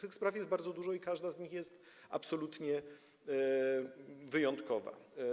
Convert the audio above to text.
Tych spraw jest bardzo dużo i każda z nich jest absolutnie wyjątkowa.